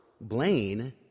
Blaine